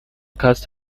cast